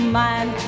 mind